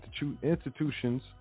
institutions